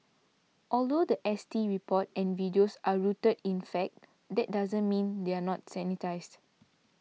although the S T report and videos are rooted in fact that doesn't mean they are not sanitised